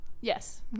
Yes